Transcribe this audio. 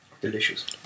Delicious